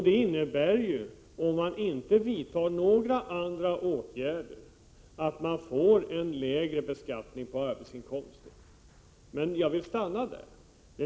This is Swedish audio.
Det innebär, om man inte vidtar några andra åtgärder, att man får en lägre beskattning av arbetsinkomster. Men jag vill stanna där.